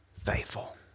Faithful